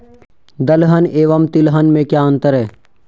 दलहन एवं तिलहन में क्या अंतर है?